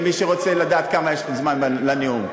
למי שרוצה לדעת כמה זמן יש לי לנאום.